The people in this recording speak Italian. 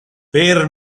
per